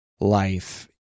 life